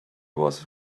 was